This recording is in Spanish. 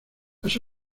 las